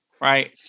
right